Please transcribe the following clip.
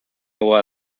over